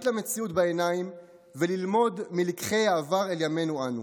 למציאות בעיניים וללמוד מלקחי העבר אל ימינו אנו.